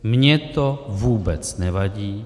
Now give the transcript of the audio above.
Mně to vůbec nevadí.